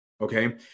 okay